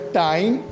time